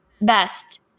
best